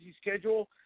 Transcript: schedule